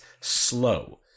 slow